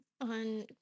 on